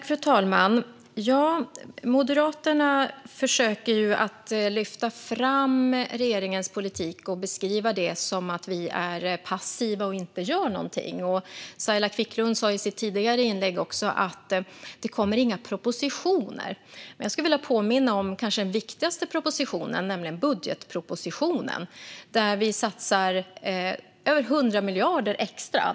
Fru talman! Moderaterna försöker att beskriva regeringens politik som att vi är passiva och inte gör något. Saila Quicklund sa i sitt tidigare inlägg att det inte kommer några propositioner. Låt mig påminna om den kanske viktigaste propositionen, nämligen budgetpropositionen. Här satsar vi över 100 miljarder extra.